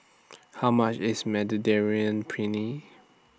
How much IS Mediterranean Penne